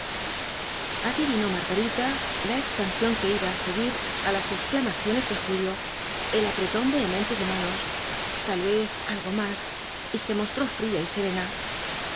adivinó margarita la expansión que iba á seguir á las exclamaciones de julio el apretón vehemente de manos tal vez algo más y se mostró fría y serena